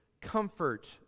comfort